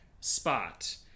spot